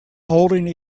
holding